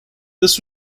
this